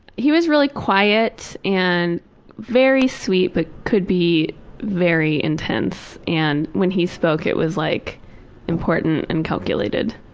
he was really quiet and very sweet but could be very intense and when he spoke it was like important and calculated.